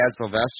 Sylvester